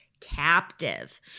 captive